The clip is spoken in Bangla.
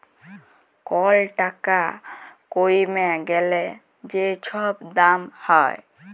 কল টাকা কইমে গ্যালে যে ছব দাম হ্যয়